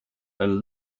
and